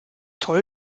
toll